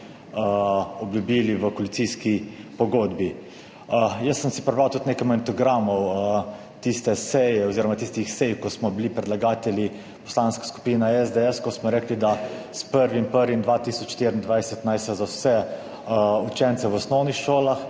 obljubili v koalicijski pogodbi. Jaz sem si prebral tudi nekaj magnetogramov tiste seje oziroma tistih sej, ko smo bili predlagatelji Poslanske skupine SDS, ko smo rekli, da naj se s 1. 1. 2024 za vse učence v osnovnih šolah